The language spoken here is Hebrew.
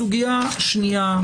סוגיה שנייה,